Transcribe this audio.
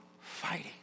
fighting